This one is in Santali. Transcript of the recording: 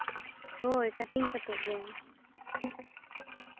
ᱦᱳᱭ ᱠᱟᱹᱴᱤᱝ ᱠᱟᱛᱮ ᱜᱮ